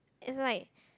and like